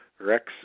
Rex